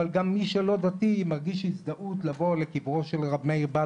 אבל גם מי שלא דתי רוצה לבקר בקברי צדיקים,